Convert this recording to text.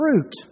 fruit